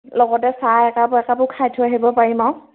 লগতে চাহ একাপ একাপো খাই থৈ আহিব পাৰিম আৰু